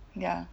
ya